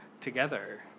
together